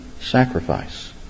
sacrifice